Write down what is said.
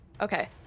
Okay